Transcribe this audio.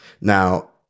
Now